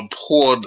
poor